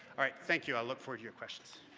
all right, thank you. i look forward to your questions.